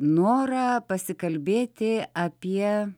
norą pasikalbėti apie